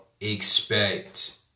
expect